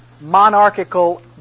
Monarchical